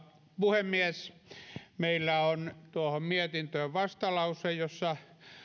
puhemies meillä on tuohon mietintöön vastalause jossa